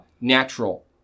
natural